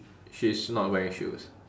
she is not wearing shoes